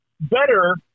better